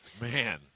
Man